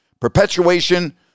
perpetuation